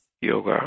yoga